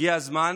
הגיע הזמן